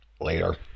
Later